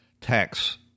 tax